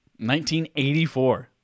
1984